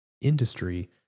industry